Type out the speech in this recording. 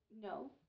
No